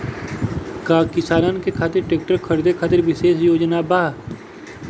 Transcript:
का किसानन के खातिर ट्रैक्टर खरीदे खातिर विशेष योजनाएं बा?